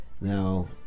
Now